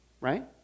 right